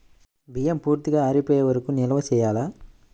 బియ్యం పూర్తిగా ఆరిపోయే వరకు నిల్వ చేయాలా?